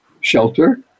shelter